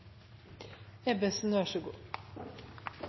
tur. Vær så god!